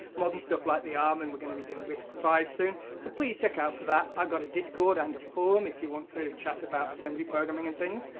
modern stuff like the, um and we're going to be doing riscv soon, so please check out for that! i've got a discord and a forum if you want to chat about assembly programming and things.